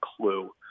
clue